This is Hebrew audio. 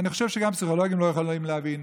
אני חושב שגם פסיכולוגים לא יכולים להבין,